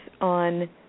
on